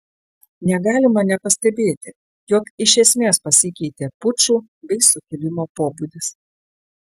negalima nepastebėti jog iš esmės pasikeitė pučų bei sukilimo pobūdis